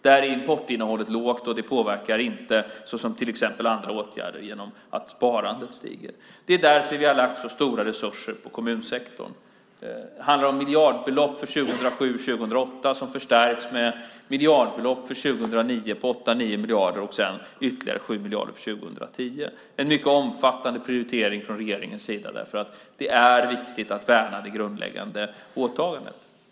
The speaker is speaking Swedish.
Där är importinnehållet lågt och det påverkar inte så som till exempel andra åtgärder genom att sparandet stiger. Det är därför vi har lagt så stora resurser på kommunsektorn. Det handlar om miljardbelopp för 2007 och 2008 som förstärks med miljardbelopp på 8-9 miljarder för 2009 och sedan ytterligare 7 miljarder för 2010. Det är en mycket omfattande prioritering från regeringens sida eftersom det är viktigt att värna det grundläggande åtagandet.